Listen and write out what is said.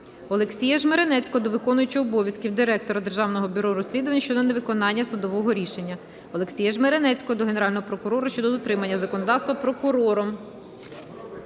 Олексія Жмеренецького до виконувача обов'язків Директора Державного бюро розслідувань щодо невиконання судового рішення. Олексія Жмеренецького до Генерального прокурора щодо дотримання законодавства прокурором.